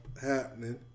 Happening